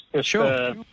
Sure